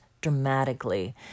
dramatically